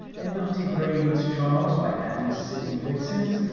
and not degrade its charms by adding city fixin's.